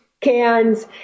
cans